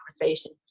conversation